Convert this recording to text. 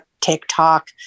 TikTok